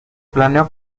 planeó